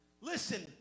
Listen